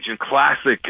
classic